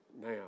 now